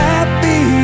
Happy